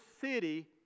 city